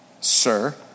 Sir